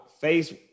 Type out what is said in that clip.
Face